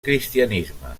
cristianisme